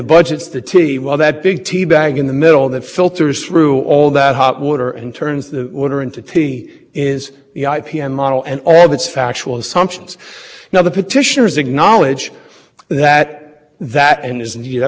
between trading groups which is something we've raised in our briefs to is found in forty eight to sixty three were e p a not so much talking about the cost assumptions and the importance of uniformity but talking about why it needs to segregate